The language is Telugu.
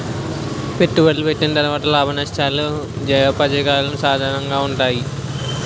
పెట్టుబడులు పెట్టిన తర్వాత లాభనష్టాలు జయాపజయాలు సాధారణంగా ఉంటాయి